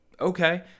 Okay